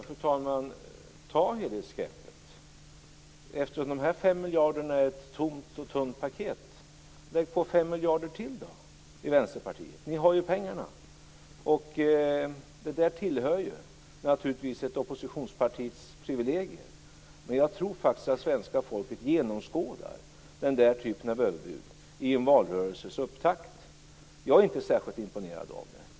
Fru talman! Tag helhetsgreppet! Eftersom de här fem miljarderna är ett tomt och tunt paket - lägg på fem miljarder till i Vänsterpartiet! Ni har ju pengarna. Detta tillhör naturligtvis ett oppositionspartis privilegier. Men jag tror faktiskt att svenska folket genomskådar den här typen av överbud i en valrörelses upptakt. Jag är inte särskilt imponerad av dem.